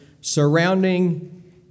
surrounding